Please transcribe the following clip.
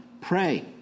Pray